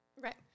Right